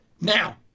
Now